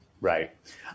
right